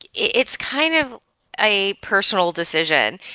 it's kind of a personal decision.